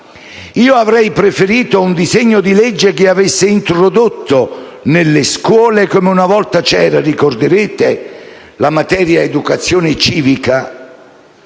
Io avrei preferito un disegno di legge che avesse introdotto nelle scuole, come esisteva una volta, la materia educazione civica.